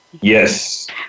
Yes